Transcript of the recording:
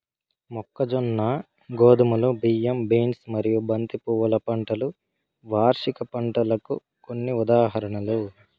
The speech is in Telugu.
మొక్కజొన్న, గోధుమలు, బియ్యం, బీన్స్ మరియు బంతి పువ్వుల పంటలు వార్షిక పంటలకు కొన్ని ఉదాహరణలు